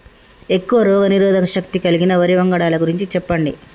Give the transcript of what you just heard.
ఎక్కువ రోగనిరోధక శక్తి కలిగిన వరి వంగడాల గురించి చెప్పండి?